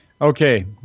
Okay